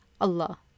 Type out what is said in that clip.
Allah